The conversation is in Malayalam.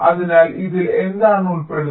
അതിനാൽ ഇതിൽ എന്താണ് ഉൾപ്പെടുന്നത്